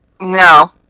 No